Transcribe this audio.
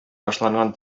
башланган